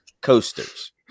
coasters